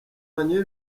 banyoye